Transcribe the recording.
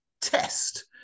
test